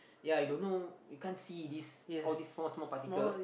yea you don't know you can't see this all this small small particles